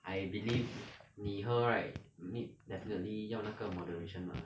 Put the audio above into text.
I believe 你喝 right need definitely 要那个 moderation lah